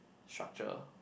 structure